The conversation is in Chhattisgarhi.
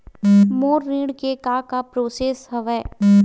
मोर ऋण के का का प्रोसेस हवय?